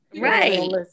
Right